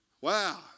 Wow